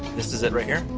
this is it right here?